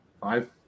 Five